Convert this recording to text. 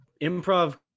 improv